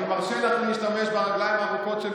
אני מרשה לך להשתמש ברגליים הארוכות שלי